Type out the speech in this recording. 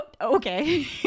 Okay